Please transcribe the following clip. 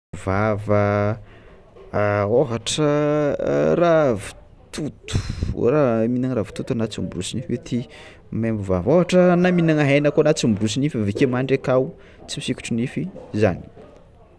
Vava ôhatra a ravitoto, raha mihinagna ravitoto anà tsy miborosy nify mety maimbo vava ôhatra na mihinagna hena koa anà tsy miborosy nify avy ake mandry akao tsy misikotry nify, zany.